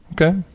Okay